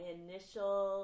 initial